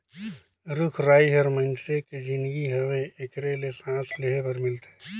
रुख राई हर मइनसे के जीनगी हवे एखरे ले सांस लेहे बर मिलथे